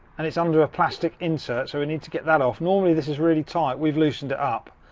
and it's under a plastic insert. so, we need to get that off. normally this is really tight, we've loosened it up.